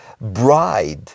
bride